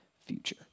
future